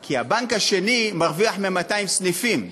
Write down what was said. כי הבנק השני מרוויח מ-200 סניפים,